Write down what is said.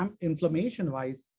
inflammation-wise